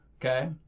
Okay